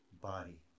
body